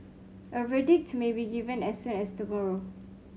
a verdict may be given as soon as tomorrow